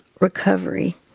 recovery